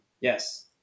yes